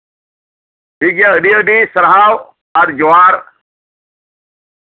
ᱴᱷᱤᱠ ᱜᱮᱭᱟ ᱟᱹᱰᱤ ᱟᱹᱰᱤ ᱥᱟᱨᱦᱟᱣ ᱟᱨ ᱡᱚᱦᱟᱨ